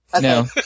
No